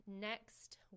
next